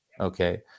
Okay